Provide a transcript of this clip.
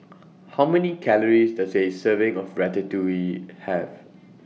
How Many Calories Does A Serving of Ratatouille Have